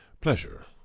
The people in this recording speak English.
pleasure